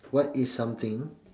what is something